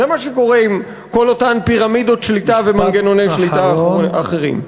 זה מה שקורה עם כל אותם פירמידות שליטה ומנגנוני שליטה אחרים.